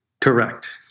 Correct